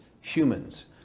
humans